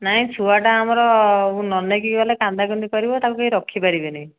ନାଇଁ ଛୁଆଟା ଆମର ନ ନେଇକି ଗଲେ କାନ୍ଦାକନ୍ଦି କରିବ ତାକୁ କେହି ରଖିପାରିବେ ନାହିଁ